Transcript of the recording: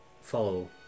follow